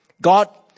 God